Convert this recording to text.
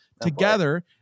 Together